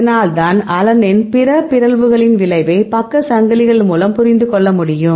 இதனால்தான் அலனின் பல பிறழ்வுகளின் விளைவை பக்க சங்கிலிகள் மூலம் புரிந்து கொள்ள முடியும்